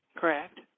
Correct